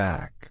Back